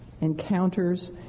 encounters